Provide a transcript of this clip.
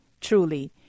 truly